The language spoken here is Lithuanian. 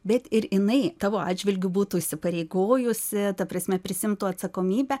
bet ir jinai tavo atžvilgiu būtų įsipareigojusi ta prasme prisiimtų atsakomybę